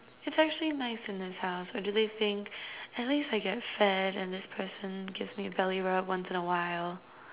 it's actually nice in this house or do they think at least I get fed and this person gives me belly rub once in a while